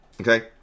okay